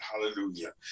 Hallelujah